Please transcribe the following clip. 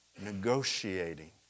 negotiating